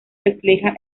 refleja